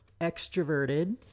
extroverted